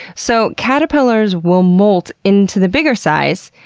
so caterpillars will molt into the bigger size.